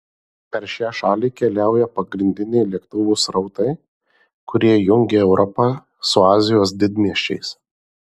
per šią šalį keliauja pagrindiniai lėktuvų srautai kurie jungia europą su azijos didmiesčiais